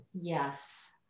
Yes